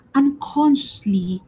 unconsciously